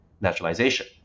naturalization